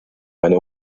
eine